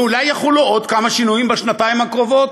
ואולי יחולו עוד כמה שינויים בשנתיים הקרובות?